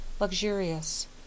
luxurious